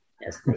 yes